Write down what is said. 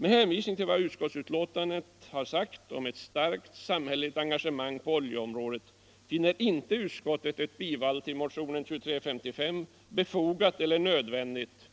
Med hänvisning till vad i utskottsbetänkandet har anförts om ett starkt samhälleligt engagemang på oljeområdet finner utskottet inte ett bifall till motionen 2355 befogat eller nödvändigt